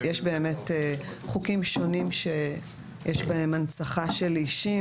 יש באמת חוקים שונים שיש בהם הנצחה של אישים.